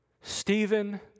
Stephen